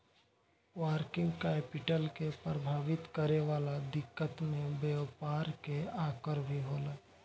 working capital के प्रभावित करे वाला दिकत में व्यापार के आकर भी होला